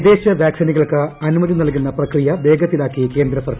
വിദേശവാക്സിനുകൾക്ക് അനുമതി നൽകുന്ന പ്രക്രിയ വേഗത്തിലാക്കി കേന്ദ്രസർക്കാർ